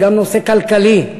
זה גם נושא כלכלי.